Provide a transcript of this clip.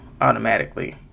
automatically